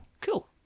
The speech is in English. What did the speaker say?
Cool